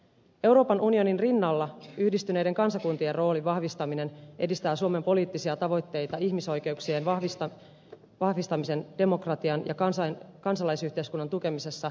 euroopan unionin rinnalla yhdistyneiden kansakuntien roolin vahvistaminen edistää suomen poliittisia tavoitteita ihmisoikeuksien vahvistamisen demokratian ja kansalaisyhteiskunnan tukemisessa globaalilla tasolla